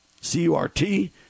c-u-r-t